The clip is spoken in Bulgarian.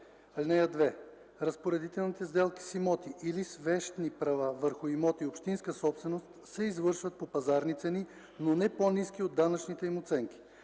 „(2) Разпоредителните сделки с имоти или с вещни права върху имоти – общинска собственост, се извършват по пазарни цени, но не по-ниски от данъчните им оценки.